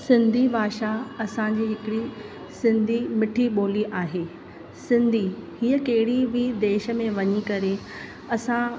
सिंधी भाषा असांजी हिकिड़ी सिंधी मिठी ॿोली आहे सिन्धी हीअ कहिड़ी बि देश में वञी करे असां